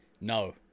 no